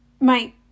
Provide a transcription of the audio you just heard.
my-